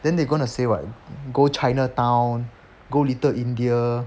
then they gonna say what go chinatown go little india